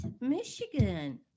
Michigan